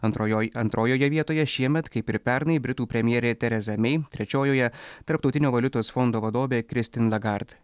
antrojoj antrojoje vietoje šiemet kaip ir pernai britų premjerė tereza mey trečiojoje tarptautinio valiutos fondo vadovė kristin lagart